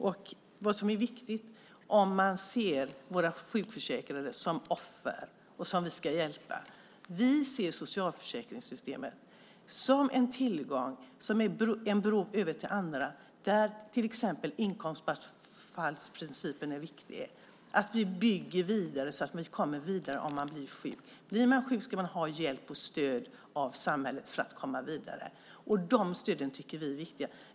I stället för att se våra sjukförsäkrade som offer som vi ska hjälpa ser vi socialförsäkringssystemet som en tillgång, som en bro över till annat, där till exempel inkomstbortfallsprincipen är viktig. Det är viktigt att vi kommer vidare om man blir sjuk. Blir man sjuk ska man ha hjälp och stöd av samhället för att komma vidare. Vi tycker att de stöden är viktiga.